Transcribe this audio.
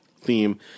theme